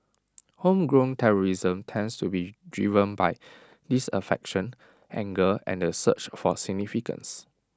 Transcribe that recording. homegrown terrorism tends to be driven by disaffection anger and the search for significance